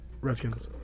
Redskins